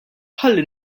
ħalli